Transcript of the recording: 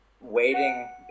waiting